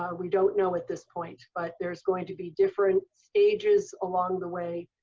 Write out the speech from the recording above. um we don't know at this point. but there's going to be different stages along the way.